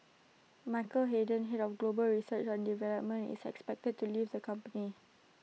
Michael Hayden Head of global research and development is expected to leave the company